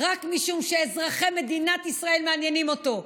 רק משום שאזרחי מדינת ישראל מעניינים אותו.